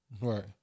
Right